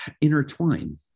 intertwine